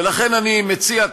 ולכן אני מציע,